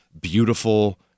beautiful